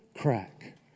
crack